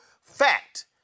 fact